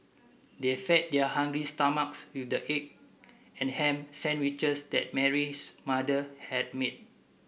they fed their hungry stomachs with the egg and ham sandwiches that Mary's mother had made